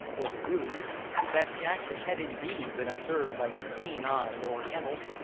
was a ruse that jackson had indeed been observed by the keen-eyed oriental,